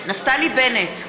נפתלי בנט,